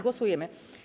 Głosujemy.